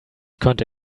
könnte